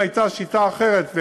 אם הייתה שיטה אחרת,